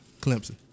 Clemson